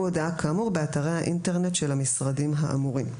הודעה כאמור באתרי האינטרנט של המשרדים האמורים.